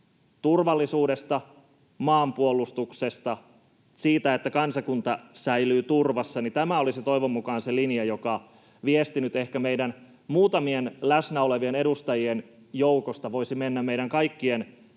turvallisuudesta, maanpuolustuksesta, siitä että kansakunta säilyy turvassa. Tämä olisi toivon mukaan se linja, joka viesti nyt ehkä meidän muutamien läsnä olevien edustajien joukosta voisi mennä meidän kaikkien